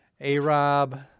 A-Rob